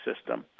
system